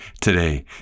today